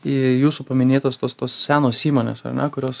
į jūsų paminėtos tos tos senos įmonės ar ne kurios